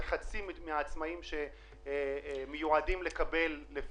מדובר בחצי מהעצמאים שמיועדים לקבל.